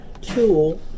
tool